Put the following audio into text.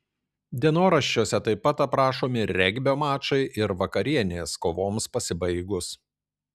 dienoraščiuose taip pat aprašomi regbio mačai ir vakarienės kovoms pasibaigus